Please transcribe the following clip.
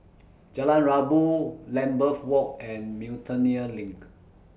Jalan Rabu Lambeth Walk and Miltonia LINK